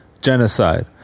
genocide